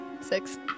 Six